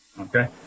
Okay